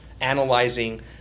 analyzing